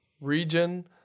region